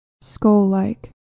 skull-like